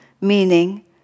meaning